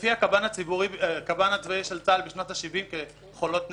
לפי הקב"ן הצבאי של צה"ל בשנות ה-70 כחולות נפש.